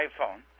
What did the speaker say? iPhone